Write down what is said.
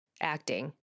acting